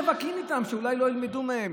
הם נאבקים איתם, אולי כדי שלא ילמדו מהם.